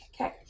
Okay